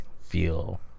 feel